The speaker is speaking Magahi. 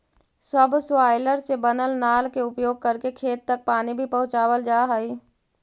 सब्सॉइलर से बनल नाल के उपयोग करके खेत तक पानी भी पहुँचावल जा हई